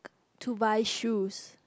to buy shoes